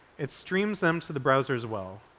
it streams them to the browser as well,